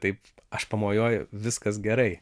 taip aš pamojuoju viskas gerai